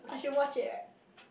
rest